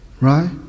Right